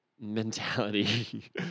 mentality